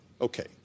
Okay